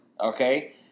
okay